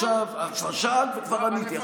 את כבר שאלת וכבר עניתי.